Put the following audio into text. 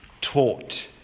taught